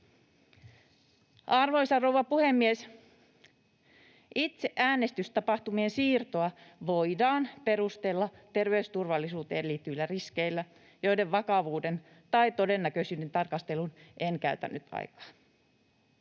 Arvoisa rouva puhemies! Itse äänestystapahtumien siirtoa voidaan perustella terveysturvallisuuteen liittyvillä riskeillä, joiden vakavuuden tai todennäköisyyden tarkasteluun en käytä nyt aikaa.